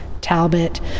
Talbot